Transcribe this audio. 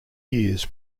years